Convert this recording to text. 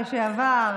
גברתי.